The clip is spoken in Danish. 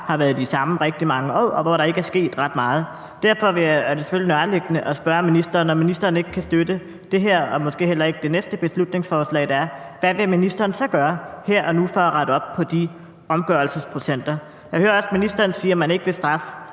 har været de samme i rigtig mange år, og hvor der ikke er sket ret meget. Derfor er det selvfølgelig nærliggende at spørge ministeren, når ministeren ikke kan støtte det her og måske heller ikke det næste beslutningsforslag, hvad ministeren så vil gøre her og nu for at rette op de omgørelsesprocenter. Jeg hører også ministeren sige, at man ikke vil straffe